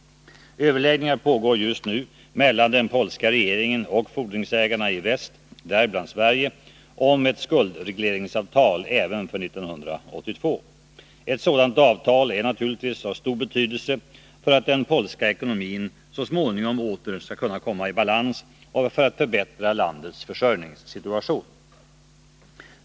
Överläggningar pågår just nu mellan den polska regeringen och fordringsägarna i väst, däribland Sverige, om ett skuldregleringsavtal även för 1982. Ett sådant avtal är naturligtvis av stor betydelse för att den polska ekonomin så småningom åter skall kunna komma i balans och för att förbättra landets försörjningssituation.